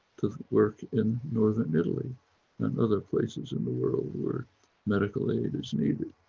to work in northern italy and other places in the world where medical aid is needed.